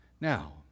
Now